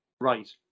right